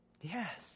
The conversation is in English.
Yes